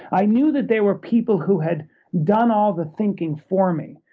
i knew that they were people who had done all the thinking for me.